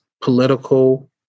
political